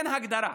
אין הגדרה.